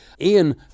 Ian